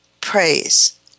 praise